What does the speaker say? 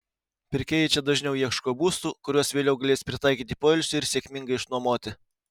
pirkėjai čia dažniau ieško būstų kuriuos vėliau galės pritaikyti poilsiui ir sėkmingai išnuomoti